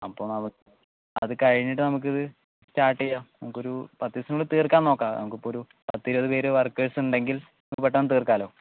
അപ്പോൾ നമുക്ക അത് കഴിഞ്ഞിട്ട് നമുക്കിത് സ്റ്റാർട്ട് ചെയ്യാം നമുക്ക് ഒരു പത്ത് ദിവസത്തിനുള്ളിൽ തീർക്കാൻ നോക്കാം നമുക്ക് ഒരു പത്തിരുപതു വർക്കേഴ്സ് ഉണ്ടെങ്കിൽ പെട്ടെന്ന് തീർക്കാമല്ലോ